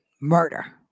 Murder